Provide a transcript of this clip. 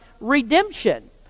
redemption